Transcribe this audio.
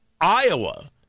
Iowa